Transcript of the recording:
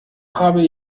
habe